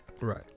right